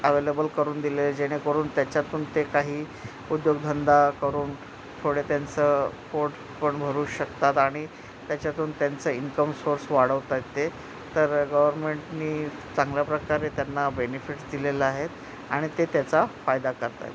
available करून दिले आहे जेणेकरून त्याच्यातून ते काही उद्योगधंदा करून थोडे त्यांचं पोटपण भरू शकतात आणि त्याच्यातून त्यांचं इन्कम सोर्स वाढवत आहे ते तर गव्हर्मेंटनी चांगल्या प्रकारे त्यांना बेनिफिट्स दिलेल्या आहेत आणि ते त्याचा फायदा करत आहेत